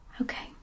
Okay